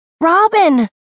Robin